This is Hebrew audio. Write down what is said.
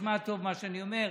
תשמע טוב מה שאני אומר,